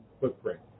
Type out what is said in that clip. footprint